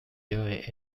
joe